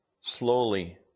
slowly